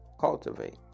cultivate